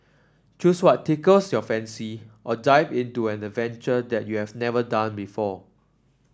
choose what tickles your fancy or dive into an adventure that you have never done before